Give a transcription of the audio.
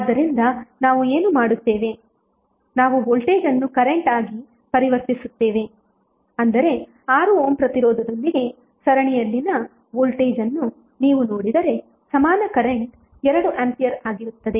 ಆದ್ದರಿಂದ ನಾವು ಏನು ಮಾಡುತ್ತೇವೆ ನಾವು ವೋಲ್ಟೇಜ್ ಅನ್ನು ಕರೆಂಟ್ ಆಗಿ ಪರಿವರ್ತಿಸುತ್ತೇವೆ ಅಂದರೆ 6 ಓಮ್ ಪ್ರತಿರೋಧದೊಂದಿಗೆ ಸರಣಿಯಲ್ಲಿನ ವೋಲ್ಟೇಜ್ ಅನ್ನು ನೀವು ನೋಡಿದರೆ ಸಮಾನ ಕರೆಂಟ್ 2 ಆಂಪಿಯರ್ ಆಗಿರುತ್ತದೆ